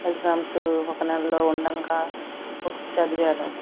exams ఒక నెల్లో ఉండగా బుక్స్ చదివాను